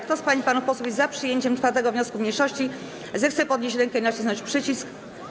Kto z pań i panów posłów jest za przyjęciem 4. wniosku mniejszości, zechce podnieść rękę i nacisnąć przycisk.